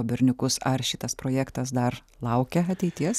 berniukus ar šitas projektas dar laukia ateities